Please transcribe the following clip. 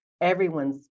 everyone's